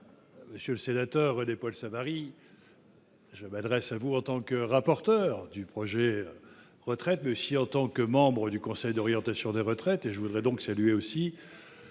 Monsieur le sénateur René-Paul Savary, je m'adresse à vous en tant que rapporteur pour l'assurance vieillesse, mais aussi en tant que membre du Conseil d'orientation des retraites.